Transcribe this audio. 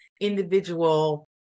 individual